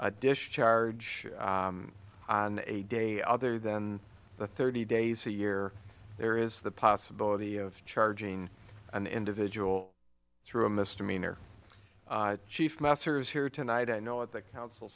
a discharge on a day other than the thirty days a year there is the possibility of charging an individual through a misdemeanor chief masters here tonight i know what that council